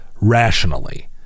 rationally